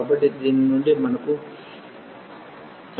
కాబట్టి దీని నుండి మనకు x216 వస్తుంది